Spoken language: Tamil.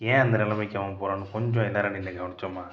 ஏன் அந்த நிலமைக்கு அவன் போறான்னு கொஞ்சம் எல்லாரும் நினைங்க கவனிச்சோமா